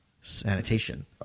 Sanitation